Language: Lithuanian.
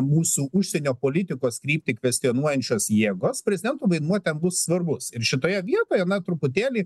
mūsų užsienio politikos kryptį kvestionuojančios jėgos prezidento vaidmuo ten bus svarbus ir šitoje vietoje na truputėlį